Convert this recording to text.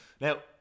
Now